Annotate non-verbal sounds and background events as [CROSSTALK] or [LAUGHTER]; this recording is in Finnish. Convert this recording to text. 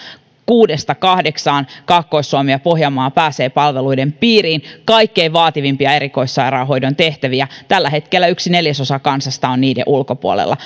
kuudesta kahdeksaan kaakkois suomi ja pohjanmaa pääsevät palveluiden piiriin kaikkein vaativimmissa erikoissairaanhoidon tehtävissä tällä hetkellä yksi neljäsosa kansasta on niiden ulkopuolella [UNINTELLIGIBLE]